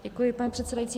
Děkuji, pane předsedající.